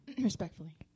Respectfully